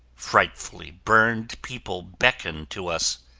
frightfully burned people beckon to us.